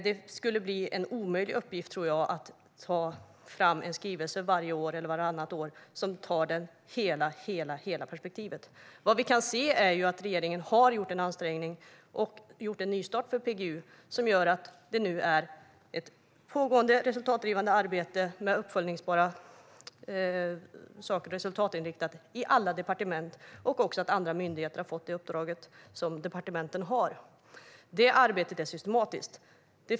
Det skulle, tror jag, bli en omöjlig uppgift att varje eller vartannat år ta fram en skrivelse som täcker hela perspektivet. Vad vi kan se är att regeringen har gjort en ansträngning och en nystart för PGU, vilket gör att det nu är ett pågående, resultatinriktat arbete som är uppföljbart vid alla departement, och att andra myndigheter har fått det uppdrag som departementen har. Det arbetet är systematiskt.